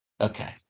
Okay